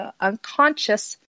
unconscious